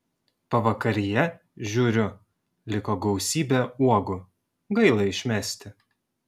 pavakaryje žiūriu liko gausybė uogų gaila išmesti